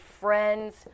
Friends